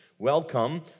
Welcome